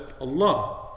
Allah